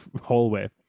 hallway